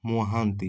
Mohanty